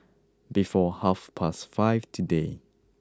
before half past five today